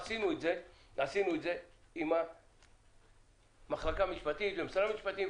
עשינו את זה עם המחלקה המשפטית ומשרד המשפטים,